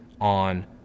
on